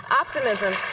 optimism